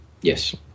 Yes